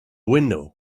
window